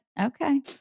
okay